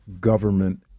government